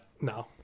No